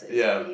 yeah